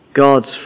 God's